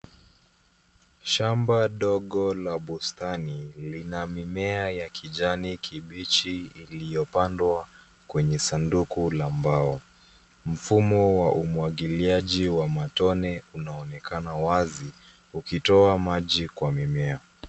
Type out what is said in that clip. Shamba dogo la bustani lina mimea ya kijani kibichi iliyopandwa kwenye sanduku la mbao. Mfumo wa umwagiliaji wa matone unaonekana wazi ukitoa maji kwa mimea.